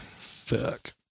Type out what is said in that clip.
Fuck